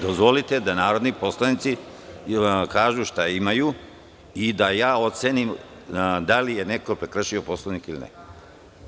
Dozvolite da vam narodni poslanici kažu šta imaju i da ja ocenim da li je neko prekršio Poslovnik ili ne.